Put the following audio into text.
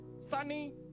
Sunny